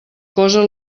cosa